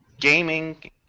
gaming